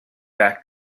back